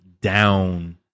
down